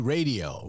Radio